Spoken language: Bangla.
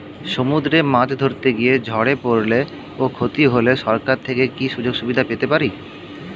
সমুদ্রে মাছ ধরতে গিয়ে ঝড়ে পরলে ও ক্ষতি হলে সরকার থেকে কি সুযোগ সুবিধা পেতে পারি?